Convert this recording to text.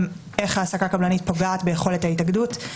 ההעסקה הקבלנית פוגעת ביכולת ההתאגדות: